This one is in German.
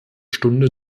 stunde